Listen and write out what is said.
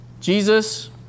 Jesus